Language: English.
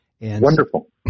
Wonderful